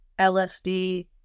LSD